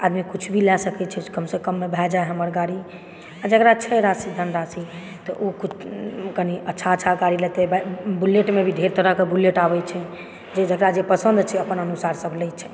तऽआदमी किछु भी लए सकैत छै आदमी कमसँ कममे भए जाय हमर गाड़ी आ जकरा छै राशि धनराशि तऽ ओ ओ कनि अच्छा अच्छा गाड़ी लेतै बुलेटमे भी ढेर तरहके बुलेट आबैत छै जे जकरा जे पसन्द होइत छै अपना अनुसार सभ लैत छै